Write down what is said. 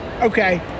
Okay